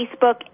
Facebook